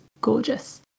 gorgeous